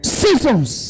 seasons